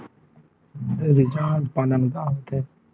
Recharge plan का होथे?